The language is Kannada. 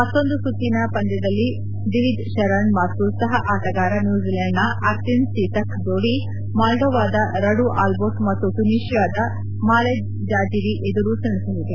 ಮತ್ತೊಂದು ಸುತ್ತಿನ ಪಂದ್ಯದಲ್ಲಿ ದಿವಿಜ್ ಶರಣ್ ಮತ್ತು ಸಹ ಆಟಗಾರ ನ್ನೂಜಿಲೆಂಡ್ನ ಅರ್ತಿನ್ ಸೀತಖ್ ಜೋಡಿ ಮಾಲ್ಡೋವಾದ ರಡು ಅಲ್ಬೋಟ್ ಮತ್ತು ಟ್ಯುನೀಶಿಯಾದ ಮಾಲೆಕ್ ಜಾಜಿರಿ ಎದುರು ಸೆಣಸಲಿದೆ